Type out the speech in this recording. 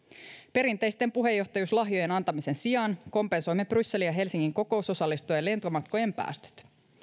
perinteisten puheenjohtajuuslahjojen antamisen sijaan kompensoimme brysselin ja helsingin kokousosallistujien lentomatkojen päästöt